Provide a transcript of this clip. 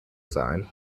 sein